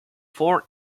four